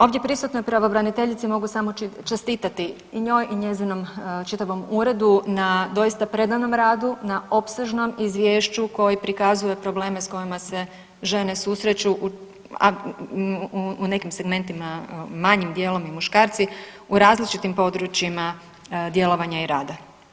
Ovdje prisutnoj pravobraniteljici mogu samo čestitati i njoj i njezinom čitavom uredu na doista predanom radu, na opsežnom izvješću koji prikazuje probleme sa kojima se žene susreću a u nekim segmentima manjim dijelom i muškarci u različitim područjima djelovanja i rada.